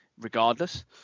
regardless